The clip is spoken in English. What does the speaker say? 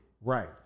Right